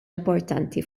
importanti